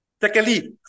Secondly